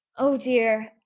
oh dear!